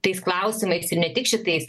tais klausimais ir ne tik šitais